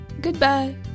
goodbye